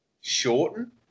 shorten